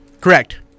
Correct